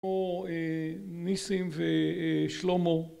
ניסים ושלמה